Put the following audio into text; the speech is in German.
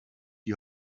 die